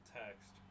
text